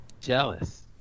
Jealous